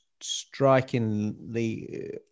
strikingly